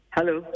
Hello